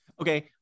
Okay